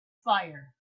fire